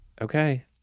Okay